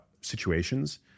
situations